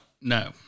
No